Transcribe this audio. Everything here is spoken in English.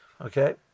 Okay